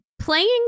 playing